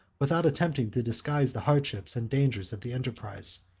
without attempting to disguise the hardships and dangers of the enterprise.